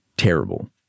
terrible